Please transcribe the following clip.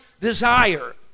desire